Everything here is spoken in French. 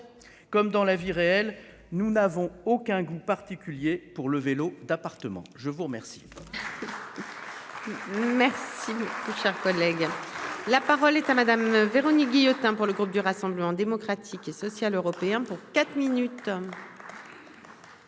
comme dans la vie réelle, nous n'avons aucun goût particulier pour le vélo d'appartement, je vous remercie.